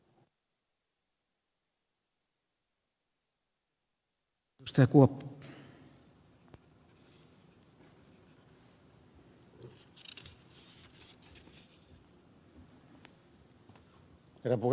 herra puhemies